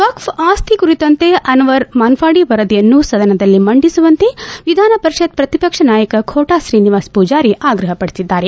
ವಕ್ಷ್ ಆಸ್ತಿ ಕುರಿತಂತೆ ಅನ್ನರ್ ಮಾನಾಡಿ ವರದಿಯನ್ನು ಸದನದಲ್ಲಿ ಮಂಡಿಸುವಂತೆ ವಿಧಾನಪರಿಷತ್ ಪ್ರತಿಪಕ್ಷ ನಾಯಕ ಖೋಟಾ ಶ್ರೀನಿವಾಸ ಪೂಜಾರಿ ಆಗ್ರಹಪಡಿಸಿದ್ದಾರೆ